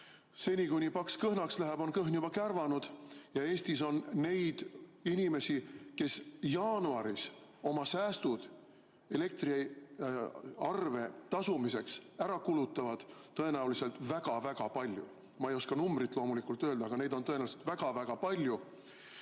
seni kuni paks kõhnaks jääb, on kõhn juba kärvanud. Eestis on neid inimesi, kes jaanuaris oma säästud elektriarve tasumiseks ära kulutavad, väga palju. Ma ei oska loomulikult täpset arvu öelda, aga neid on tõenäoliselt väga-väga palju.